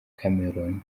cameroun